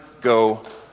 go